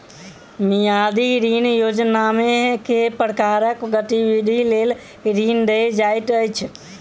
मियादी ऋण योजनामे केँ प्रकारक गतिविधि लेल ऋण देल जाइत अछि